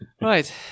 Right